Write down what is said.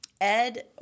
Ed